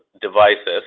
devices